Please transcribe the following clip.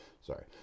Sorry